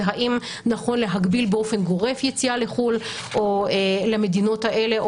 זה האם נכון להגביל באופן גורף ליציאה לחו"ל או למדינות האלה,